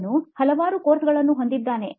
ಅವನು ಹಲವಾರು ಕೋರ್ಸ್ಗಳನ್ನು ಹೊಂದಿದ್ದಾನೆ